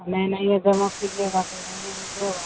हर महीने ऐसे ही जमा कीजिएगा तो ऐसे ही निकलेगा